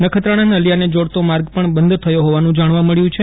નખત્રાણા નલિયાને જોડતો માર્ગ પણ બંધ થયો હોવાનું જાણવા મળ્યું છે